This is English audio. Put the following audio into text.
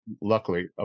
luckily